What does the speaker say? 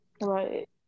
Right